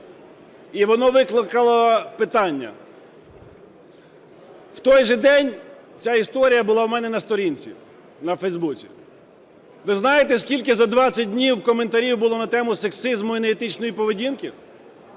і воно викликало питання. В той же день ця історія була у мене на сторінці на Фейсбуці. Ви знаєте, скільки за 20 днів коментарів було на тему сексизму і неетичної поведінки,